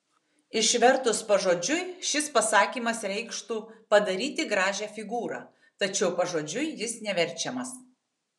išvertus pažodžiui šis pasakymas reikštų padaryti gražią figūrą tačiau pažodžiui jis neverčiamas